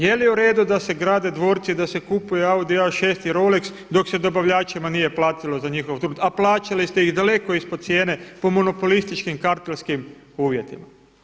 Je li u redu da se grade dvorci i da se kupuje Audi A6 i Rolex dok se dobavljačima nije platilo za njihov trud a plaćali ste ih daleko ispod cijene po monopolističkim kartelskim uvjetima?